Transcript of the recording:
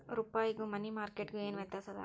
ರೂಪಾಯ್ಗು money market ಗು ಏನ್ ವ್ಯತ್ಯಾಸದ